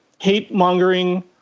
hate-mongering